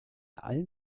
allen